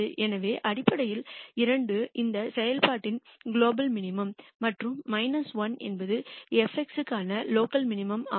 எனவே அடிப்படையில் 2 இந்த செயல்பாட்டின் குளோபல் மினிமம் மற்றும் 1 என்பது f க்கான லோக்கல் மினிமைசர் ஆகும்